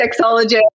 sexologist